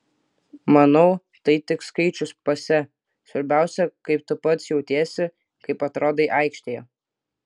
manau tai tik skaičius pase svarbiausia kaip tu pats jautiesi kaip atrodai aikštėje